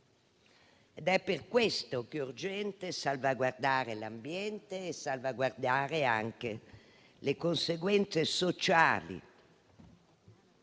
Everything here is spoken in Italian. È per questo che è urgente salvaguardare l'ambiente e salvaguardare anche le conseguenze sociali.